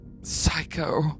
psycho